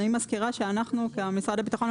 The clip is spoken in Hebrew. אני מזכירה שאנחנו כמשרד לביטחון,